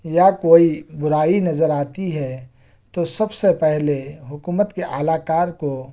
یا کوئی برائی نظر آتی ہے تو سب سے پہلے حکومت کے اعلی کار کو